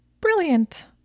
Brilliant